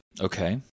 Okay